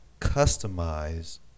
customize